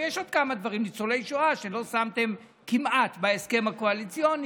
ויש עוד כמה דברים: ניצולי שואה שלא שמתם כמעט בהסכם הקואליציוני.